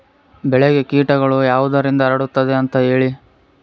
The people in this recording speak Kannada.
ಬೆಳೆಗೆ ಕೇಟಗಳು ಯಾವುದರಿಂದ ಹರಡುತ್ತದೆ ಅಂತಾ ಹೇಳಿ?